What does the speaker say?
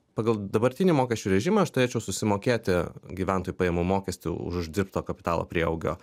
pagal dabartinį mokesčių režimą aš turėčiau susimokėti gyventojų pajamų mokestį uždirbto kapitalo prieaugio